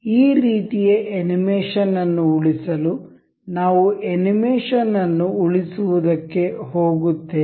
ಈ ರೀತಿಯ ಅನಿಮೇಷನ್ ಅನ್ನು ಉಳಿಸಲು ನಾವು ಅನಿಮೇಷನ್ ಅನ್ನು ಉಳಿಸುವುದಕ್ಕೆ ಹೋಗುತ್ತೇವೆ